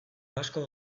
asko